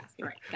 right